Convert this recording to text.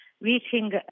reaching